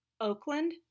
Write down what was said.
Oakland